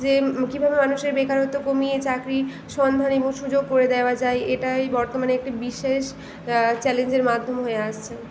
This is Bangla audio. যে কীভাবে মানুষের বেকারত্ব কমিয়ে চাকরির সন্ধান এবং সুযোগ করে দেওয়া যায় এটাই বর্তমানে একটি বিশেষ চ্যালেঞ্জের মাধ্যম হয়ে আসছে